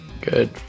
Good